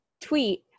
tweet